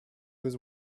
was